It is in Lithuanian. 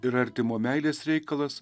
ir artimo meilės reikalas